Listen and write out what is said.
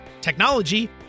technology